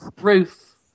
Ruth